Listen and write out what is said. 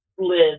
Live